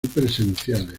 presenciales